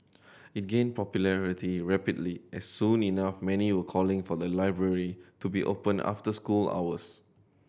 it gained popularity rapidly and soon enough many were calling for the library to be opened after school hours